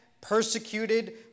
persecuted